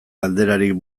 galderarik